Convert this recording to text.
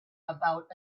about